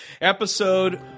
episode